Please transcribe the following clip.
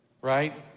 right